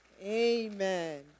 Amen